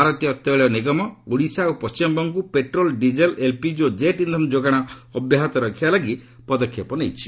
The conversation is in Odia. ଭାରତୀୟ ତେିଳ ନିଗମ ଓଡ଼ିଶା ଓ ପଣ୍ଟିମବଙ୍ଗକୁ ପେଟ୍ରୋଲ୍ ଡିଜେଲ୍ ଏଲ୍ପିଜି ଓ ଜେଟ୍ ଇନ୍ଧନ ଯୋଗାଣ ଅବ୍ୟାହତ ରଖିବାଲାଗି ପଦକ୍ଷେପ ନେଇଛି